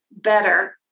better